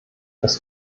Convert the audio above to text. dass